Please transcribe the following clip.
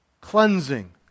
cleansing